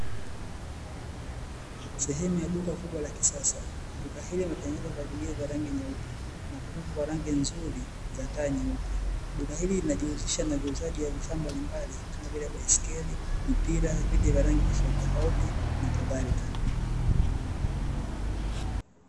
Sehemu ya duka kubwa la kisasa, duka hili limetengenezwa kwa vigae vya rangi nyeupe na kupakwa rangi nzuri za taa nyeupe, duka hili linajihusisha na viuzaji vya vifaa mbalimbali, kama vile; baiskeli, mpira, viti vya rangi tofautitofauti na kadhalika.